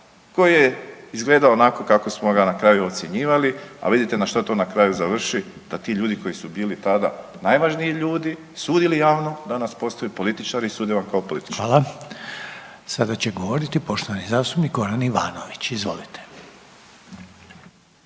koji je izgledao onako kako smo ga na kraju ocjenjivali, a vidite na što to na kraju završi da ti ljudi koji su bili tada najvažniji ljudi, sudili javno danas postaju političari i sude vam političari. **Reiner, Željko (HDZ)** Hvala. Sada će govoriti poštovani zastupnik Goran Ivanović, izvolite.